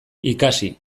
ikasi